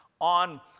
on